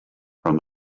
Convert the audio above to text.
from